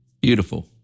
Beautiful